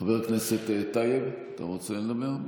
חבר הכנסת טייב, אתה רוצה לדבר?